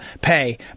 pay